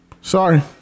Sorry